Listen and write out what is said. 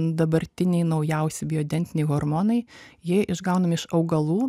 dabartiniai naujausi biodentiniai hormonai jie išgaunami iš augalų